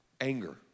Anger